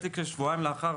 כשבועיים לאחר